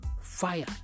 Fire